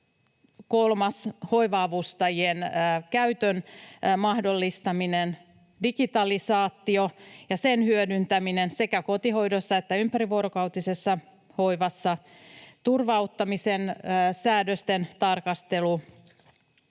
kolmantena hoiva-avustajien käytön mahdollistaminen, digitalisaatio ja sen hyödyntäminen sekä kotihoidossa että ympärivuorokautisessa hoivassa, turva-auttamisen säännösten tarkastelu,